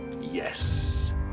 Yes